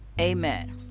Amen